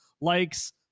likes